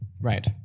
Right